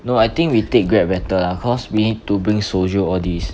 no I think we take Grab better lah cause we need to bring soju all these